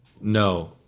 no